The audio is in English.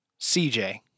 CJ